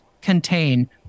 contain